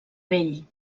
vell